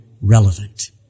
relevant